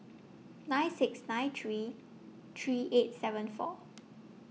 nine six nine three three eight seven four